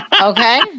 Okay